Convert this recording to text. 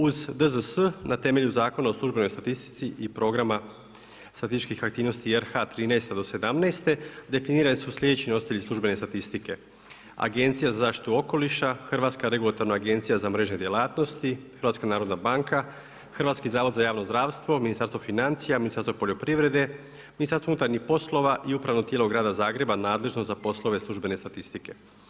Uz DZS, na temelju Zakona o službenoj statistici i programa statističkih aktivnosti RH 2013. do 2017. definirane su sljedeći nositelji službene statistike, Agencija za zaštitu okoliša, Hrvatska regulativna agencija za mrežne djelatnosti, HNB, Hrvatski zavod za javno zdravstvo, Ministarstvo financija, Ministarstvo poljoprivrede, Ministarstvo unutarnjih poslova i Upravno tijelo grada Zagreba nadležno za poslove službene statistike.